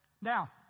Now